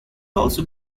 also